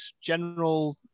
general